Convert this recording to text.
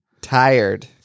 Tired